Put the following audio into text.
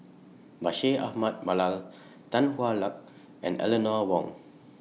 Bashir Ahmad Mallal Tan Hwa Luck and Eleanor Wong